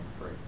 free